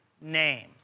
name